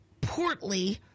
portly